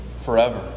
forever